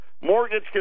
mortgage